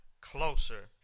closer